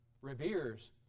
reveres